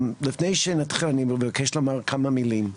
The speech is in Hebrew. לפני שנתחיל אני מבקש לומר כמה מלים.